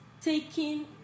taking